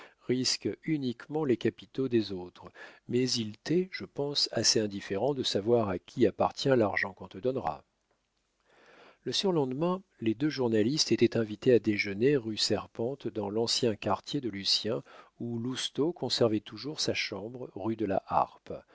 risquent uniquement les capitaux des autres mais il t'est je pense assez indifférent de savoir à qui appartient l'argent qu'on te donnera le surlendemain les deux journalistes étaient invités à déjeuner rue serpente dans l'ancien quartier de lucien où lousteau conservait toujours sa chambre rue de la harpe